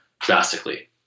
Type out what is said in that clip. drastically